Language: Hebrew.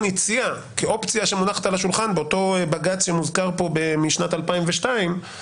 הציע כאופציה שמונחת על השולחן באותו בג"ץ שמוזכר פה משנת 2002,